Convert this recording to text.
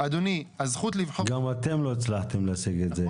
גם אתם לא הצלחתם להשיג את זה.